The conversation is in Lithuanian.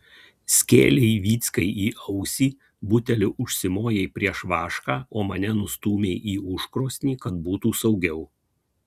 skėlei vyckai į ausį buteliu užsimojai prieš vašką o mane nustūmei į užkrosnį kad būtų saugiau